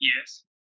Yes